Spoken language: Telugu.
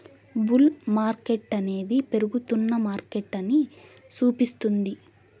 బుల్ మార్కెట్టనేది పెరుగుతున్న మార్కెటని సూపిస్తుంది